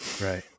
right